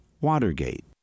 watergate